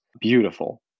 Beautiful